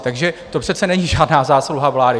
Takže to přece není žádná zásluha vlády.